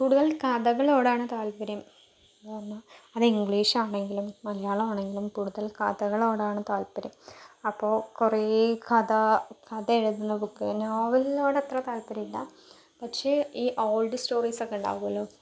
കൂടുതൽ കഥകളോടാണ് താല്പര്യം എന്ന് പറഞ്ഞാൽ അത് ഇംഗ്ലീഷ് ആണെങ്കിലും മലയാളം ആണങ്കിലും കൂടുതൽ കഥകളോടാണ് താല്പര്യം അപ്പോൾ കുറെ കഥാ കഥയെഴുതുന്ന ബുക്ക് നോവലിനോടത്ര താല്പര്യമില്ല പക്ഷേ ഈ ഓൾഡ് സ്റ്റോറീസ് ഒക്കെ ഉണ്ടാകുമല്ലോ